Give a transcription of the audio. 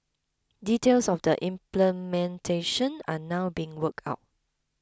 details of the implementation are now being worked out